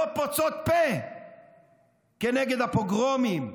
לא פוצות פה כנגד הפוגרומים,